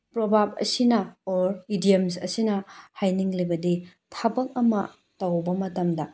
proverb ꯑꯁꯤꯅ or idioms ꯑꯁꯤꯅ ꯍꯥꯏꯅꯤꯡꯂꯤꯕꯗꯤ ꯊꯕꯛ ꯑꯃ ꯇꯧꯕ ꯃꯇꯝꯗ